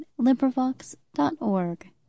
LibriVox.org